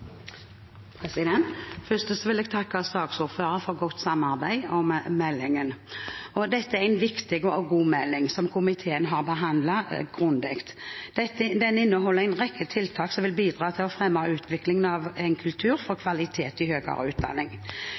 en viktig og god melding som komiteen har behandlet grundig, og den inneholder en rekke tiltak som vil bidra til å fremme utviklingen av en kultur for kvalitet i høyere utdanning.